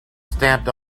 stamped